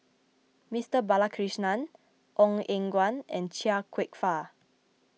Mister Balakrishnan Ong Eng Guan and Chia Kwek Fah